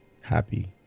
happy